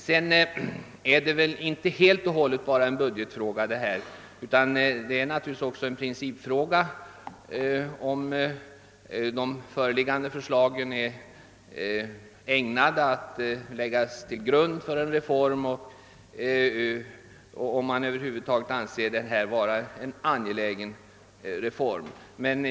Vidare är väl detta inte enbart en budgetfråga utan även vissa principfrågor, nämligen om de framlagda förslagen är avsedda att ligga till grund för en reform och om man anser reformen vara angelägen.